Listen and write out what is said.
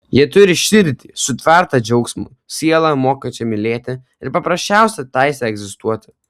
jie turi širdį sutvertą džiaugsmui sielą mokančią mylėti ir paprasčiausią teisę egzistuoti